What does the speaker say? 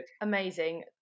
amazing